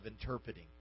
interpreting